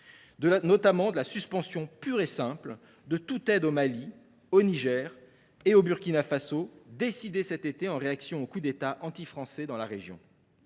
notamment de la suspension pure et simple de toute aide au Mali, au Niger et au Burkina Faso, décidée cet été en réaction aux coups d’État anti français dans la région.